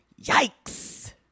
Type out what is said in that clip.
Yikes